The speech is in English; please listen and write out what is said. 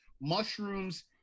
mushrooms